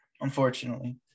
unfortunately